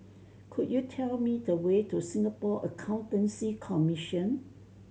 could you tell me the way to Singapore Accountancy Commission